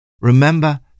Remember